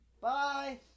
Bye